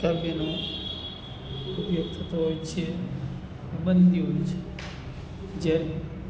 કાવ્યનો ઉપયોગ થતો હોય છે પ્રબંધ યોજ જેમ